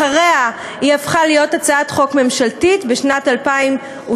אחריה היא הפכה להיות הצעת חוק ממשלתית בשנת 2002,